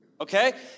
Okay